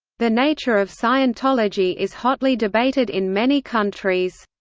the nature of scientology is hotly debated in many countries.